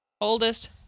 Oldest